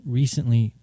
recently